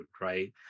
right